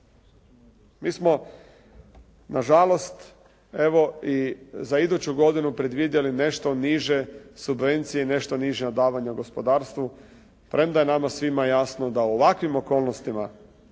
Mi smo nažalost, evo i za iduću godinu predvidjeli nešto niže subvencije i nešto niža davanja u gospodarstvu, premda je nama svim jasno da u ovakvim okolnostima